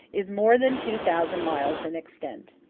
is more than two thousand miles in extent.